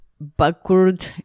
backward